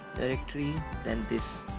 directory then this